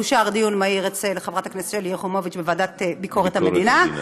אושר דיון מהיר אצל חברת הכנסת שלי יחימוביץ בוועדת ביקורת המדינה.